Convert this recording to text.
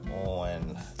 on